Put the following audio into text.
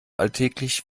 alltäglich